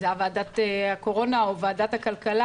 אם זה היה ועדת הקורונה או ועדת הכלכלה